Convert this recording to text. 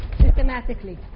systematically